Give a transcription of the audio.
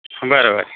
बरोबर आहे